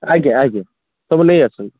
ଆଜ୍ଞା ଆଜ୍ଞା ସବୁ ନେଇ ଆସନ୍ତୁ